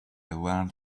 learned